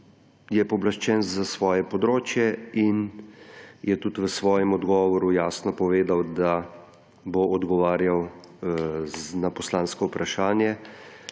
je pooblaščen za svoje področje in je tudi v svojem odgovoru jasno povedal, da bo odgovarjal na poslansko vprašanje